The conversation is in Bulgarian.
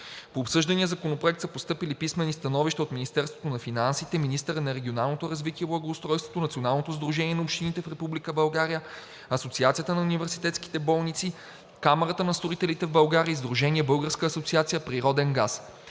По обсъждания законопроект са постъпили писмени становища от Министерството на финансите, министъра на регионалното развитие и благоустройството, Националното сдружение на общините в Република България, Асоциацията на университетските болници, Камарата на строителите в България и Сдружение „Българска асоциация Природен газ“.